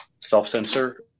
Self-censor